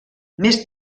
més